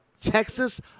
Texas